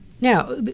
Now